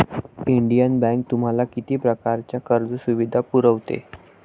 Indian Bank तुम्हाला किती प्रकारच्या कर्ज सुविधा पुरवते?